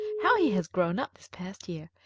how he has grown up this past year!